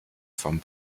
vom